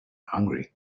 hungry